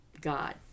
God